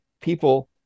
people